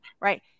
right